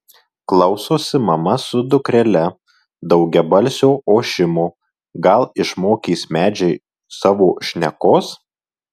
klausosi mama su dukrele daugiabalsio ošimo gal išmokys medžiai savo šnekos